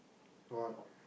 what